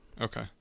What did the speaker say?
Okay